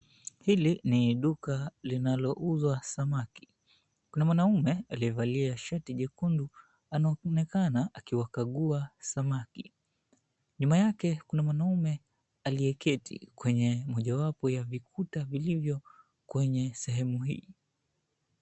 Hili ni duka linalouzwa samaki kuna mwanaume aliyevalia shati jekundu anaonekana akiwakagua samaki nyuma yake kuna mwanaume aliyeketi kwenye mojawapo ya vikuta vilivyo kwenye sehemu hii.